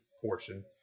portion